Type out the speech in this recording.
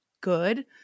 good